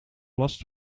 last